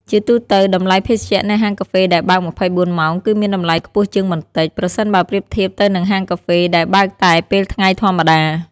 ជាទូទៅ តម្លៃភេសជ្ជៈនៅហាងកាហ្វេដែលបើក ២៤ ម៉ោងគឺ មានតម្លៃខ្ពស់ជាងបន្តិច ប្រសិនបើប្រៀបធៀបទៅនឹងហាងកាហ្វេដែលបើកតែពេលថ្ងៃធម្មតា។